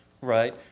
right